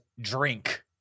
drink